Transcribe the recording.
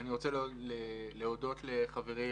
אני רוצה להודות לחברי,